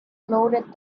loaded